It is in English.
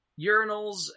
urinals